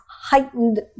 heightened